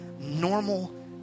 normal